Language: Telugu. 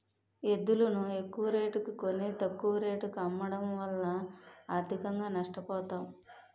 ఎద్దులును ఎక్కువరేటుకి కొని, తక్కువ రేటుకు అమ్మడము వలన ఆర్థికంగా నష్ట పోతాం